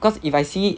cause if I see